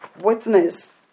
witness